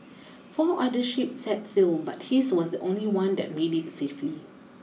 four other ships set sail but his was the only one that made it safely